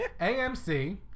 AMC